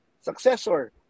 successor